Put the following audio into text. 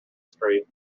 street